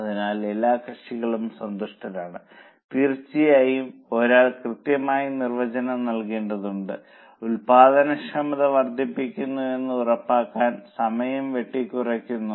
അതിനാൽ എല്ലാ കക്ഷികളും സന്തുഷ്ടരാണ് തീർച്ചയായും ഒരാൾ കൃത്യമായി നിർവ്വഹണം നടത്തേണ്ടതുണ്ട് ഉൽപ്പാദനക്ഷമത വർദ്ധിക്കുന്നുവെന്ന് ഉറപ്പാക്കാൻ സമയം വെട്ടിക്കുറയ്ക്കുന്നു